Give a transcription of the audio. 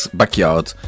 backyard